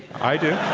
i do.